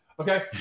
Okay